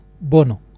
Bono